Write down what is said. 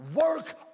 work